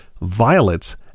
violets